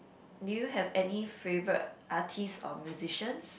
do you have any favorite artist or musicians